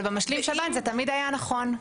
אבל במשלים שב"ן זה תמיד היה נכון.